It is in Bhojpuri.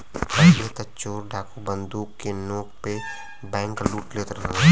पहिले त चोर डाकू बंदूक के नोक पे बैंकलूट लेत रहलन